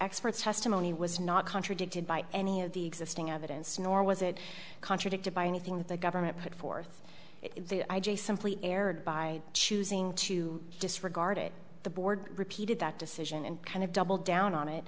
experts testimony was not contradicted by any of the existing evidence nor was it contradicted by anything that the government put forth if the i j simply erred by choosing to disregard it the board repeated that decision and kind of double down on it